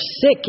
sick